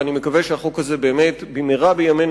ואני מקווה שהחוק הזה באמת במהרה בימינו